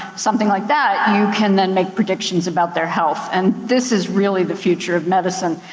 something like that, you can then make predictions about their health. and this is really the future of medicine.